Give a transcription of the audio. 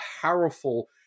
powerful